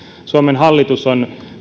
suomen hallitus on